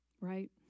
right